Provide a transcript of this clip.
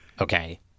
Okay